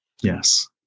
yes